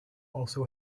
also